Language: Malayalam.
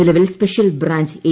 നിലവിൽ സ്പെഷ്യൽ ബ്രാഞ്ച് എ